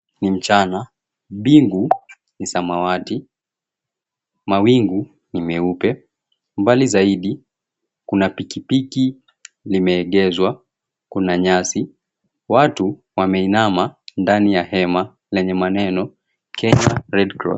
Ni mchana. Mbingu ni samawati, mawingu ni meupe. Mbali zaidi kuna pikipiki limeegezwa. Kuna nyasi, watu wameinama ndani ya hema lenye maneno, Kenya Red Cross.